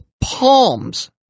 palms